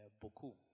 beaucoup